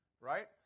right